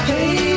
Hey